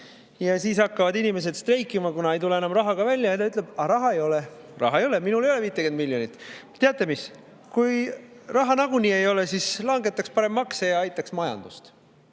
Ja siis hakkavad inimesed streikima, kuna ei tule enam rahaga välja. Ja ta ütleb: aga raha ei ole. Raha ei ole, minul ei ole 50 miljonit! Teate mis: kui raha nagunii ei ole, siis langetaks parem makse ja aitaks majandust.